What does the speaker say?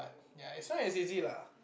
ya it not as easy lah